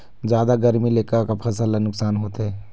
जादा गरमी ले का का फसल ला नुकसान होथे?